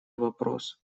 вопрос